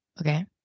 Okay